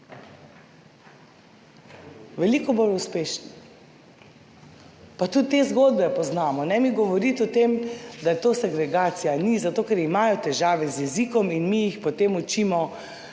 veliko bolj uspešni. Pa tudi te zgodbe poznamo, ne mi govoriti o tem, da je to segregacija. Ni. Zato, ker imajo težave z jezikom in mi jih potem učimo